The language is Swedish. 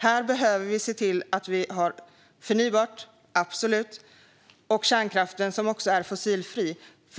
Vi behöver absolut se till att vi har förnybart, och vi behöver kärnkraften, som ju också är fossilfri.